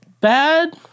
bad